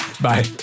Bye